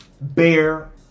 Bear